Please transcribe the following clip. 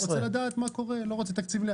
אני רוצה לדעת מה קורה אני לא רוצה תקציבים.